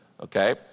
okay